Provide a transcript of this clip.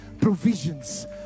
provisions